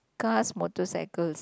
cars motorcycles